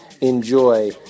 enjoy